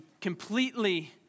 completely